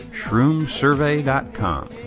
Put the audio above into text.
Shroomsurvey.com